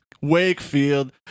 Wakefield